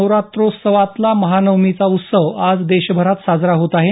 नवरात्रोत्सवातला महानवमीचा उत्सव आज देशभरात साजरा होत आहे